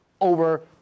over